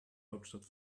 hauptstadt